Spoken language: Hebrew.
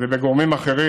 ובגורמים אחרים,